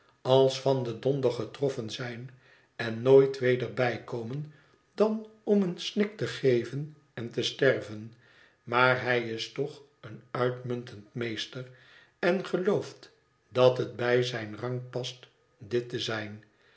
als van den donder getroffen zijn en nooit weder bijkomen dan om een snik te geven en te sterven maar hij is toch een uitmuntend meester en gelooft dat het bij zijn rang past dit te zijn